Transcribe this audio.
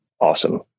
awesome